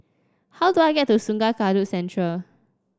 how do I get to Sungei Kadut Central